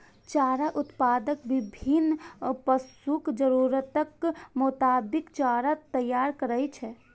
चारा उत्पादक विभिन्न पशुक जरूरतक मोताबिक चारा तैयार करै छै